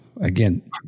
again